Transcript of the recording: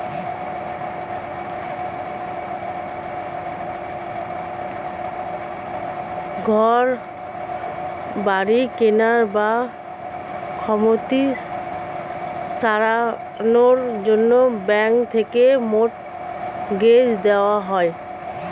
ঘর বাড়ি কেনার বা ক্ষয়ক্ষতি সারানোর জন্যে ব্যাঙ্ক থেকে মর্টগেজ দেওয়া হয়